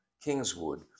Kingswood